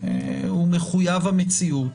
הוא מחויב המציאות,